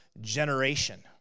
generation